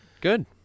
Good